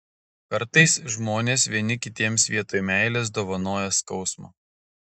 kartais žmonės vieni kitiems vietoj meilės dovanoja skausmą